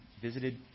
visited